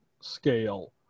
scale